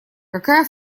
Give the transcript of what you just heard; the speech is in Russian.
какая